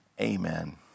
amen